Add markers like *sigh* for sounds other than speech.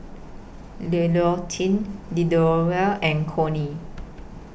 *unintelligible* and Connie